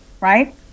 right